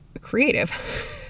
creative